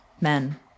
men